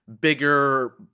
bigger